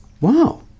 Wow